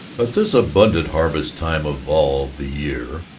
at this abundant harvest-time of all the year,